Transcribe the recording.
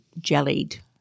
jellied